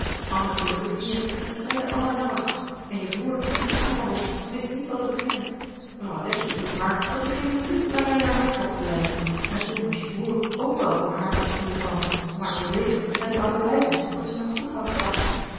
anne viel op de knieën en schreide allerjammerlijkst en je broer liep de kamer rond en wist niet wat te beginnen mevrouw dashwood riep maar dat ze geen minuut langer in haar huis mochten blijven en toen moest je broer k wel voor haar op de knieën vallen om haar te bewegen hen te laten blijven tot ze hun goed hadden gepakt